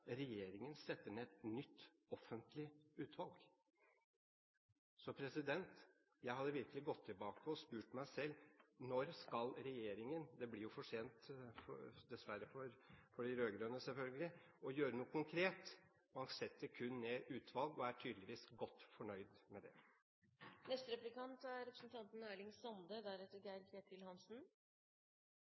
regjeringen setter ned et nytt offentlig utvalg. Så jeg hadde virkelig gått tilbake og spurt meg selv: Når skal regjeringen – det blir jo for sent dessverre for de rød-grønne, selvfølgelig – gjøre noe konkret? Man setter kun ned utvalg og er tydeligvis godt fornøyd med det. Det er